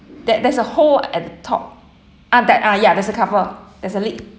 that there's a hole at the top ah that ah ya there's a cover there's a lid